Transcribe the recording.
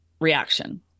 reaction